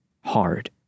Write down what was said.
hard